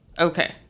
okay